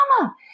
mama